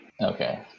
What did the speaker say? Okay